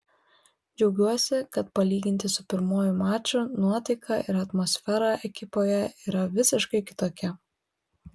džiaugiuosi kad palyginti su pirmuoju maču nuotaika ir atmosfera ekipoje yra visiškai kitokia